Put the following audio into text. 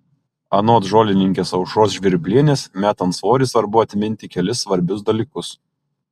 anot žolininkės aušros žvirblienės metant svorį svarbu atminti kelis svarbius dalykus